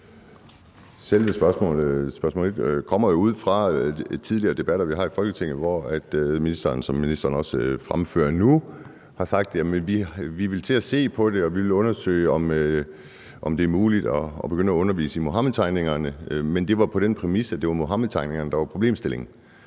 Selve spørgsmålet kommer på baggrund af tidligere debatter, vi har haft i Folketinget, hvor ministeren, som ministeren også fremfører nu, har sagt, at man vil til at se på det, og at man vil undersøge, om det er muligt at begynde at undervise i Muhammedtegningerne. Men det var på den præmis, at det var Muhammedtegningerne, der var problemstillingen.